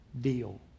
deal